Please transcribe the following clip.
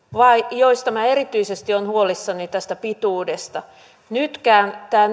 joista minä erityisesti olen huolissani tästä pituudesta tämä